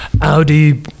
audi